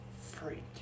Freak